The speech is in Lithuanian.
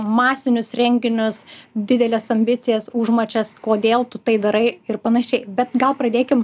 masinius renginius dideles ambicijas užmačias kodėl tu tai darai ir panašiai bet gal pradėkim